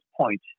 point